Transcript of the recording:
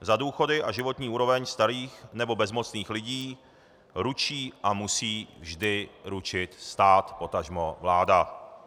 Za důchody a životní úroveň starých nebo bezmocných lidí ručí a musí vždy ručit stát, potažmo vláda.